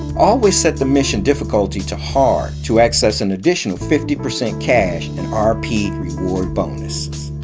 always set the mission difficulty to hard to access an additional fifty percent cash and rp reward bonus.